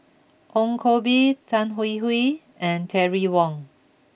Ong Koh Bee Tan Hwee Hwee and Terry Wong